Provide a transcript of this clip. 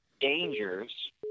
Dangers